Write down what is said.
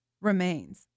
remains